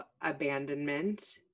abandonment